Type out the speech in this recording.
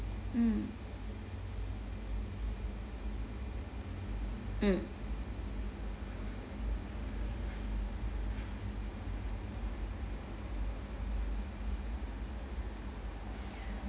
mm mm